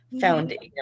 foundation